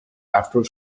after